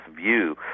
view